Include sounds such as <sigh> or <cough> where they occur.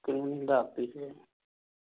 <unintelligible>